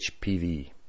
HPV